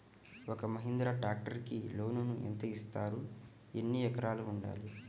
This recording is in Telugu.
ఒక్క మహీంద్రా ట్రాక్టర్కి లోనును యెంత ఇస్తారు? ఎన్ని ఎకరాలు ఉండాలి?